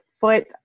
foot